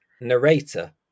narrator